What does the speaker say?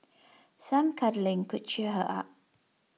some cuddling could cheer her up